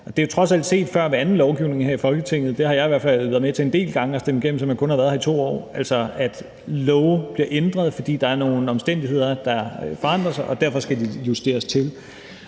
det er jo trods alt set før ved anden lovgivning her i Folketinget. Det har jeg i hvert fald været med til en del gange at stemme igennem, selv om jeg kun har været her i 2 år, altså at love bliver ændret, fordi der er nogle omstændigheder, der forandrer sig, og de derfor skal justeres til.